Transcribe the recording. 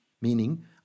Meaning